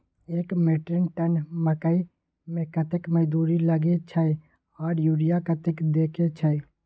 एक metric tonne मकई में कतेक मजदूरी लगे छै आर यूरिया कतेक देके छै?